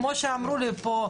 כמו שאמרו לי פה,